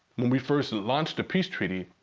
when we first launched a peace treaty,